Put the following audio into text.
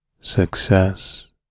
success